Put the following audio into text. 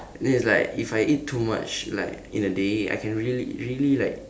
then it's like if I eat too much like in a day I can really really like